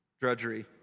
drudgery